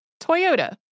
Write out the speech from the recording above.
Toyota